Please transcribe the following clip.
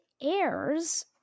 airs